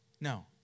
No